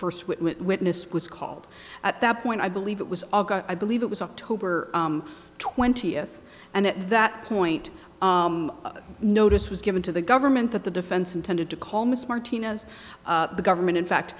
first witness was called at that point i believe it was i believe it was october twentieth and at that point notice was given to the government that the defense intended to call miss martinez the government in fact